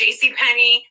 JCPenney